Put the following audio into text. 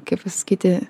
kaip pasakyti